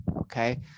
okay